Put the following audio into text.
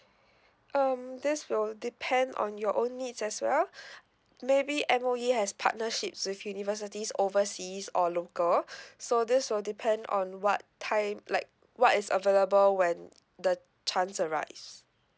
um this will depend on your own needs as well maybe M_O_E has partnerships with universities overseas or local so this will depend on what time like what is available when the chance arise